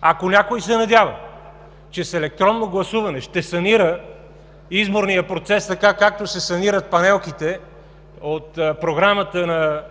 Ако някой се надява, че с електронно гласуване ще санира изборния процес, така както се санират панелките от Програмата на